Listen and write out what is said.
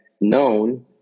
known